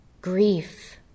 grief